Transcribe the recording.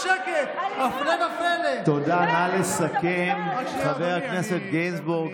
ראש הממשלה הקודם, חברת הכנסת גולן,